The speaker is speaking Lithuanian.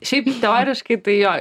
šiaip teoriškai tai jo